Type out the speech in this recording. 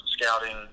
scouting